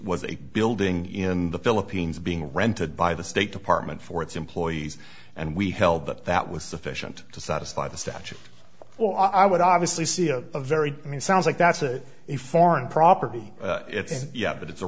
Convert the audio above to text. was a building in the philippines being rented by the state department for its employees and we held that that was sufficient to satisfy the statute well i would obviously see a very i mean it sounds like that's a a foreign property it's yeah but it's a